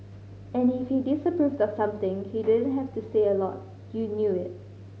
and if he disapproved of something he didn't have to say a lot you knew it